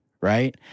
right